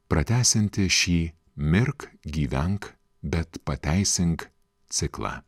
pratęsianti šį mirk gyvenk bet pateisink ciklą